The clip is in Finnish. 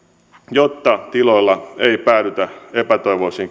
jotta tiloilla ei päädytä epätoivoisiin ratkaisuihin